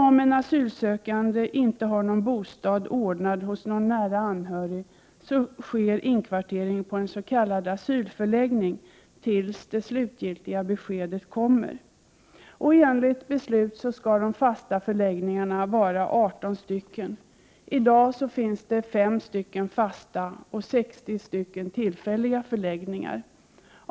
Om en asylsökande inte har bostad ordnad hos någon nära anhörig sker inkvartering på en s.k. asylförläggning tills det slutgiltiga beskedet kommer. Enligt beslut skall antalet fasta förläggningar vara 18. I dag finns det 5 fasta och ca 60 tillfälliga förläggningar.